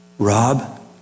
Rob